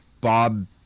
Bob